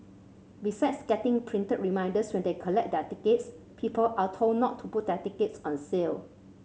besides getting printed reminders when they collect their tickets people are told not to put their tickets on sale